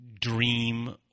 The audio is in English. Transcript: dream